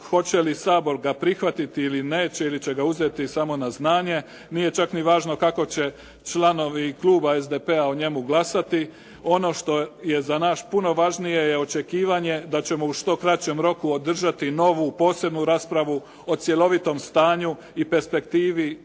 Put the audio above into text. hoće li Sabor ga prihvatiti ili neće, ili će ga uzeti samo na znanje. Nije čak ni važno kako će članovi kluba SDP-a o njemu glasati. Ono što je za nas puno važnije je očekivanje da ćemo u što kraćem roku održati novu posebnu raspravu o cjelovitom stanju i perspektivi i